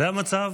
זה המצב.